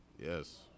Yes